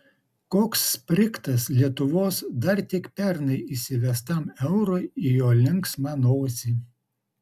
koks sprigtas lietuvos dar tik pernai įsivestam eurui į jo linksmą nosį